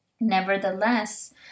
Nevertheless